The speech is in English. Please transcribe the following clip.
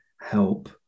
help